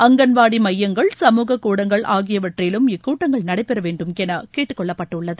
அங்கன்வாடி மையங்கள் சமூக கூடங்கள் ஆகியவற்றிலும் இக்கூட்டங்கள் நடைபெற வேண்டும் என கேட்டுக்கொள்ளப்பட்டுள்ளது